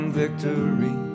victory